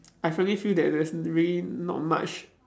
I finally feel that there's really not much